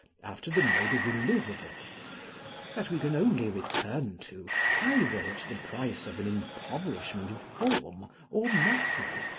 after the mode of elizabeth that we can only return to either at the price of an impoverishment of form or matter,